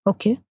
Okay